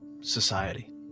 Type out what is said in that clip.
society